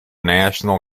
national